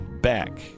back